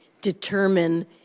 determine